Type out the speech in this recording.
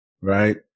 Right